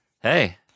Hey